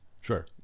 Sure